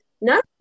No